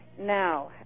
Now